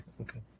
Okay